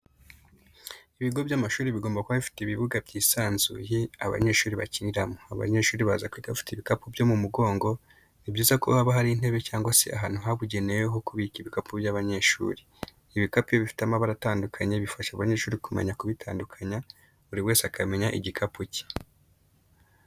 Ibigo by'amashuri bigomba kuba bifite ibibuga byisanzuye abanyeshuri bakiniramo. Abanyeshuri baza kwiga bafite ibikapu byo mu mugongo, ni byiza ko haba hari intebe cyangwa se ahantu habugenewe ho kubika ibikapu by'abanyeshuri. Ibikapu iyo bifite amabara atandukanye bifasha abanyeshuri kumenya kubitandukanya buri wese akamenya igikapu cye.